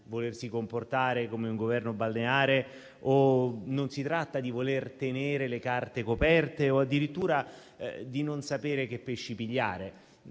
volersi comportare come un Governo balneare o di voler tenere le carte coperte, o addirittura di non sapere che pesci pigliare,